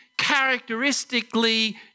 Characteristically